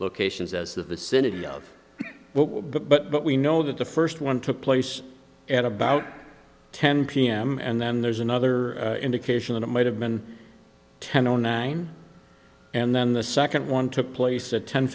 locations as the vicinity of what but but we know that the first one took place at about ten pm and then there's another indication that it might have been ten o nine and then the second one took place at ten